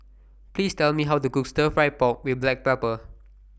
Please Tell Me How to Cook Stir Fry Pork with Black Pepper